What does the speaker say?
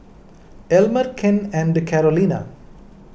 Elmer Ken and Carolina